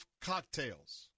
cocktails